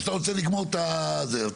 או שאתה רוצה לגמור את הזה?